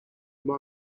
model